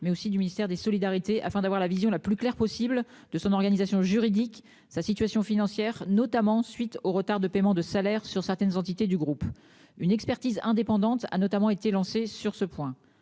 mais aussi du ministère des solidarités afin d'avoir la vision la plus claire possible de son organisation juridique sa situation financière, notamment suite aux retards de paiement de salaires sur certaines entités du groupe. Une expertise indépendante a notamment été lancé sur ce point